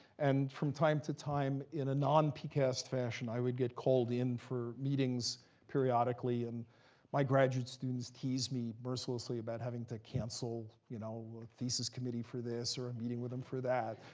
and from time to time, in a non-pcast fashion, i would get called in for meetings periodically. and my graduate students teased me mercilessly about having to cancel you know a thesis committee for this, or a meeting with them for that,